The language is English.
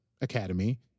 academy